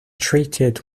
treated